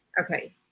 Okay